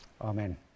Amen